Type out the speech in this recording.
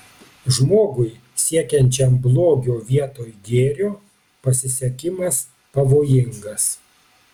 žmogui siekiančiam blogio vietoj gėrio pasisekimas pavojingas